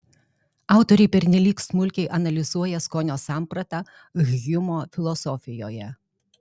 autoriai pernelyg smulkiai analizuoja skonio sampratą hjumo filosofijoje